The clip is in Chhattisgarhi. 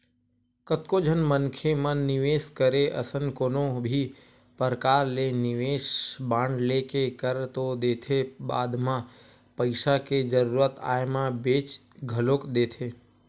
कतको झन मनखे मन निवेस करे असन कोनो भी परकार ले निवेस बांड लेके कर तो देथे बाद म पइसा के जरुरत आय म बेंच घलोक देथे